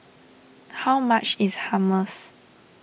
how much is Hummus